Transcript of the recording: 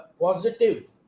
positive